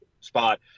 spot